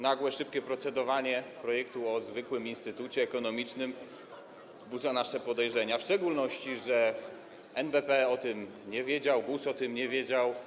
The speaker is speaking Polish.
Nagłe, szybkie procedowanie nad projektem o zwykłym instytucie ekonomicznym wzbudza nasze podejrzenia, w szczególności że NBP o tym nie wiedział, GUS o tym nie wiedział.